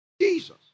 Jesus